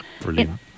Brilliant